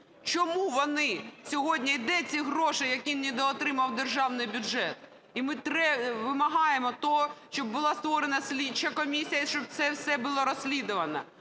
Чому вони сьогодні, і де ці гроші, які недоотримав державний бюджет? І ми вимагаємо того, щоб була створена слідча комісія, щоб це все було розслідувано.